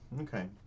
Okay